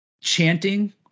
Chanting